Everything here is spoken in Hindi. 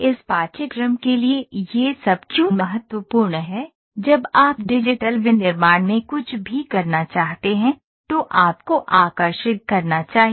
इस पाठ्यक्रम के लिए यह सब क्यों महत्वपूर्ण है जब आप डिजिटल विनिर्माण में कुछ भी करना चाहते हैं तो आपको आकर्षित करना चाहिए